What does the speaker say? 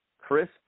Chris